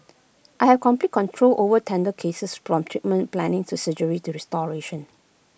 I have complete control over dental cases from treatment planning to surgery to restoration